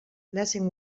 blessing